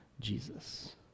Jesus